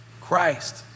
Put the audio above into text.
Christ